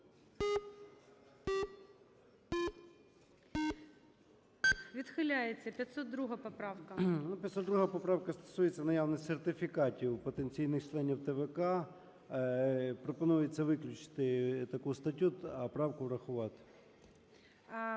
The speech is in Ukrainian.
ЧЕРНЕНКО О.М. Ну, 502 поправка стосується наявності сертифікатів потенційних членів ТВК. Пропонується виключити таку статтю, а правку врахувати.